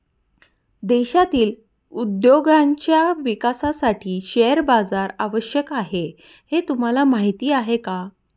देशातील उद्योगांच्या विकासासाठी शेअर बाजार आवश्यक आहे हे तुम्हाला माहीत आहे का?